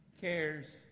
cares